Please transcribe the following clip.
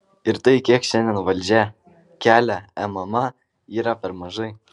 ir tai kiek šiandien valdžia kelia mma yra per mažai